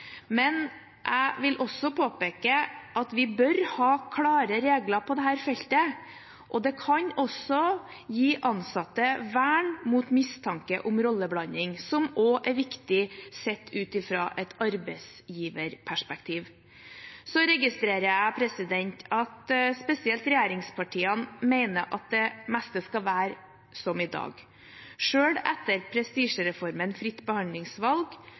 Men jeg vil også påpeke at vi bør ha klare regler på dette feltet. Det kan også gi ansatte vern mot mistanke om rolleblanding, som også er viktig sett ut ifra et arbeidsgiverperspektiv. Så registrerer jeg at spesielt regjeringspartiene mener at det meste skal være som i dag, selv etter prestisjereformen fritt behandlingsvalg,